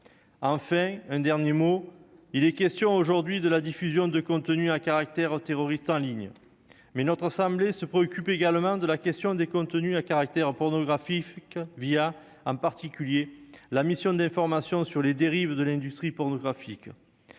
Enfin, s'il est question aujourd'hui de la diffusion de contenus à caractère terroriste en ligne, notre assemblée se préoccupe également du problème des contenus à caractère pornographique, en particulier la mission d'information sur les dérives de l'industrie pornographique.